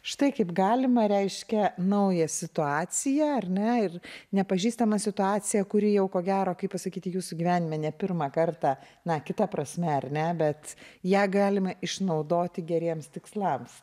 štai kaip galima reiškia naują situaciją ar ne ir nepažįstamą situaciją kuri jau ko gero kaip pasakyti jūsų gyvenime ne pirmą kartą na kita prasme ar ne bet ją galima išnaudoti geriems tikslams